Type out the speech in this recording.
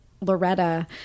Loretta